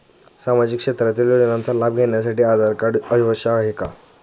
सामाजिक क्षेत्रातील योजनांचा लाभ घेण्यासाठी आधार कार्ड आवश्यक आहे का?